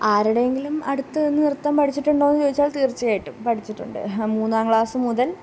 ആരുടെയെങ്കിലും അടുത്തുനിന്നു നൃത്തം പഠിച്ചിടുണ്ടോയെന്നു ചോദിച്ചാല് തീര്ച്ചയായിട്ടും പഠിച്ചിട്ടുണ്ട് മൂന്നാം ക്ലാസ്സ് മുതല്